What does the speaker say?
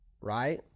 right